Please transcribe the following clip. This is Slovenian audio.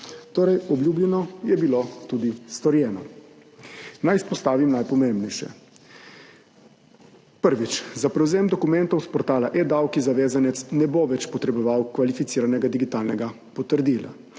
Torej, obljubljeno je bilo tudi storjeno. Naj izpostavim najpomembnejše. Prvič, za prevzem dokumentov s portala eDavki zavezanec ne bo več potreboval kvalificiranega digitalnega potrdila.